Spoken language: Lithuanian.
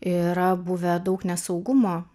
yra buvę daug nesaugumo